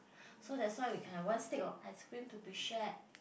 so that's why we can have one stick of ice cream to be shared